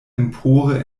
empore